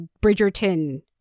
Bridgerton